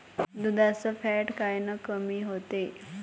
दुधाचं फॅट कायनं कमी होते?